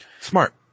Smart